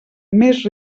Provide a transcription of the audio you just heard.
més